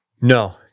No